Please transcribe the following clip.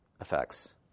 effects